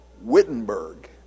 Wittenberg